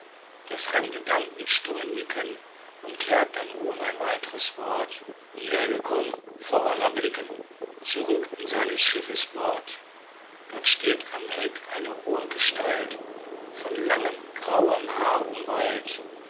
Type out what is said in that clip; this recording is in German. der fremde dankt mit stummem nicken und kehrt dann ohn ein weitres wort wie er gekommen vor aller blicken zurück an seines schiffes bord dort steht am heck eine hohe gestalt von langem grauem haar